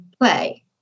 play